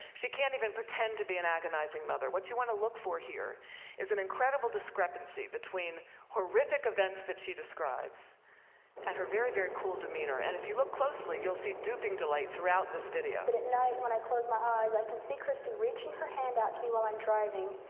she can't even pretend to be an agonizing mother. what you want to look for here is an incredible discrepancy between horrific events that she describes and her very, very cool demeanor. and if you look closely, you'll see duping delight throughout this video. diane downs but at night when i close my eyes, i can see christie reaching her hand out to me while i'm driving,